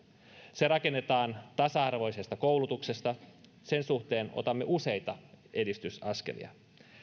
se rakennetaan tasa arvoisesta koulutuksesta sen suhteen otamme useita edistysaskelia